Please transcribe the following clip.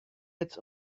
its